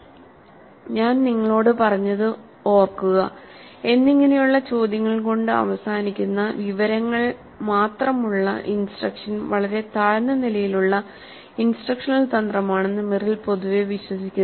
"ഞാൻ നിങ്ങളോട് പറഞ്ഞത് ഓർക്കുക"എന്നിങ്ങനെയുള്ള ചോദ്യങ്ങൾ കൊണ്ട് അവസാനിക്കുന്ന വിവരങ്ങൾ മാത്രമുള്ള ഇൻസ്ട്രക്ഷൻ വളരെ താഴ്ന്ന നിലയിലുള്ള ഇൻസ്ട്രക്ഷണൽ തന്ത്രമാണെന്ന് മെറിൽ പൊതുവെ വിശ്വസിക്കുന്നു